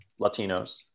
Latinos